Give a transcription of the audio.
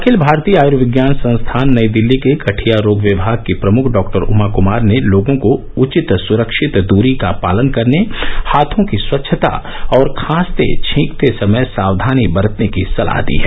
अखिल भारतीय आयुर्विज्ञान संस्थान नई दिल्ली के गठिया रोग विभाग की प्रमुख डॉक्टर उमा कुमार ने लोगों को उचित सुरक्षित दूरी का पालन करने हाथों की स्वच्छता और खांसते छींकते समय साक्घानी बरतने की सलाह दी है